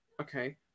Okay